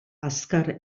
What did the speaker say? azkar